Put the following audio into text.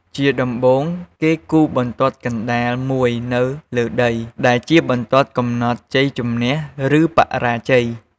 ជាដំបូង គេគូសបន្ទាត់កណ្ដាលមួយនៅលើដី ដែលជាបន្ទាត់កំណត់ជ័យជម្នះ ឬបរាជ័យ។